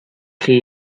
chi